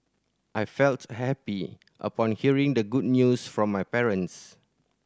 I felt happy upon hearing the good news from my parents